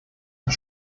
und